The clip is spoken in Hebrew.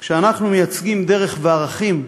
כשאנחנו מייצגים דרך וערכים,